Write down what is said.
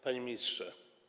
Panie Ministrze!